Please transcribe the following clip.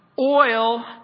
Oil